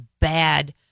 bad